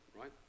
right